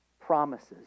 promises